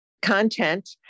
Content